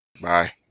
Bye